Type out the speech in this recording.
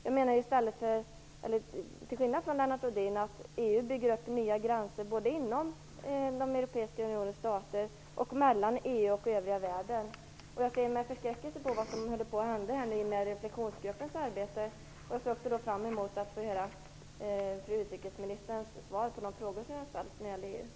Jag menar, till skillnad från Lennart Rohdin, att EU bygger upp nya gränser både inom den europeiska unionens stater och mellan EU och övriga världen, och jag ser med förskräckelse på vad som håller på att hända nu i och med Reflexionsgruppens arbete. Jag ser fram emot att få höra fru utrikesministerns svar på de frågor som jag har ställt när det gäller EU.